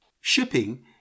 Shipping